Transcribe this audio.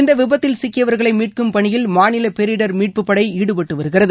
இந்த விபத்தில் சிக்கியவர்களை மீட்கும் பணியில் மாநில பேரிடர் மீட்புப்படை ஈடுபட்டு வருகிறது